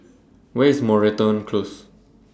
Where IS Moreton Close